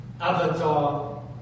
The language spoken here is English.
avatar